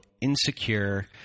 insecure